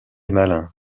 malin